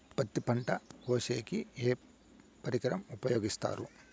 పత్తి పంట కోసేకి ఏ పరికరం ఉపయోగిస్తారు?